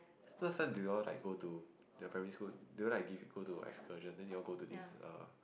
last time do you all like go to your primary school do you like givw go to excursion then you all go to this err